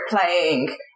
playing